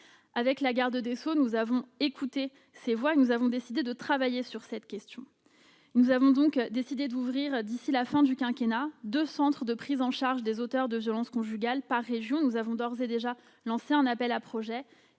Avec la garde des sceaux, nous avons écouté ces voix et nous avons décidé de travailler sur cette question : nous avons donc décidé d'ouvrir d'ici à la fin du quinquennat deux centres de prise en charge des auteurs de violences conjugales par région. Nous avons d'ores et déjà lancé un appel à projets